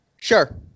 Sure